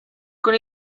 con